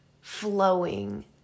flowing